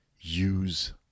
use